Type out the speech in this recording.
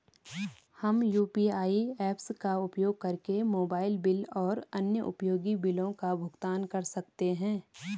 हम UPI apps का उपयोग करके मोबाइल बिल और अन्य उपयोगी बिलों का भुगतान कर सकते हैं